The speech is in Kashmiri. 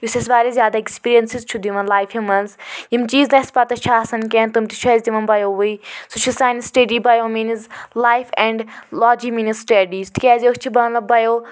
یُس اسہِ واریاہ زیادٕ ایٚکٕسپیٖریَنسِز چھِ دِوان لایفہِ مَنٛز یم چیٖز نہٕ اسہِ پتہ چھِ آسان کیٚنٛہہ تِم تہِ چھ اسہِ دوان بَیو وٕے سُہ چھُ سانہِ study bio means life and logy means studies تِکیٛازِ أسۍ چھِ بَیو